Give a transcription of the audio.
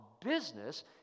business